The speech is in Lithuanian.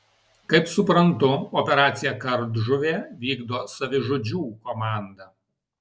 kaip suprantu operaciją kardžuvė vykdo savižudžių komanda